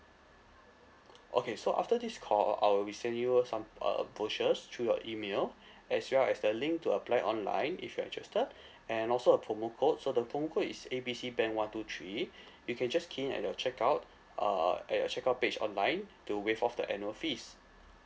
okay so after this call uh I will we send you some uh uh brochures through your email as well as the link to apply online if you're interested and also a promo code so the promo code is A B C bank one two three you can just key in at the check out uh uh at the check out page online to waive off the annual fees